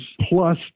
plus